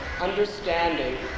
understanding